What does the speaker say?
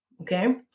Okay